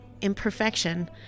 imperfection